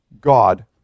God